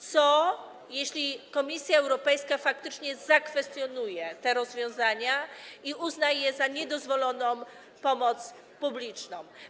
Co się stanie, jeśli Komisja Europejska faktycznie zakwestionuje te rozwiązania i uzna je za niedozwoloną pomoc publiczną?